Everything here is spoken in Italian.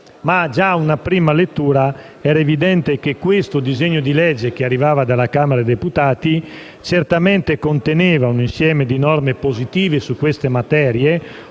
Ma già a una prima lettura, era evidente che questo disegno di legge, che arrivava dalla Camera dei deputati, certamente conteneva un insieme di norme positive su queste materie,